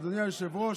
אדוני היושב-ראש,